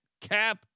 cap